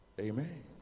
Amen